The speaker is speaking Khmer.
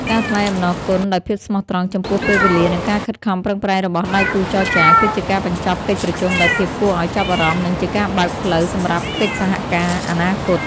ការថ្លែងអំណរគុណដោយភាពស្មោះត្រង់ចំពោះពេលវេលា និងការខិតខំប្រឹងប្រែងរបស់ដៃគូចរចា គឺជាការបញ្ចប់កិច្ចប្រជុំដោយភាពគួរឱ្យចាប់អារម្មណ៍ និងជាការបើកផ្លូវសម្រាប់កិច្ចសហការអនាគត។